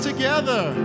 Together